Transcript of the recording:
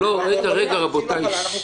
לא, אתה יכול להחליט שהיא לא חלה.